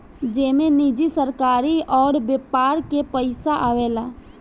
जेमे निजी, सरकारी अउर व्यापार के पइसा आवेला